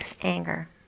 anger